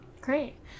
Great